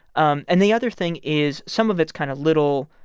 um and the other thing is some of it's kind of little,